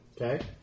Okay